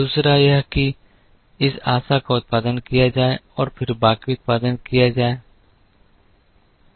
दूसरा यह है कि इस आशा का उत्पादन किया जाए और फिर बाकी उत्पादन किया जाए